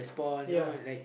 ya